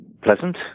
pleasant